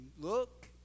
look